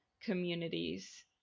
communities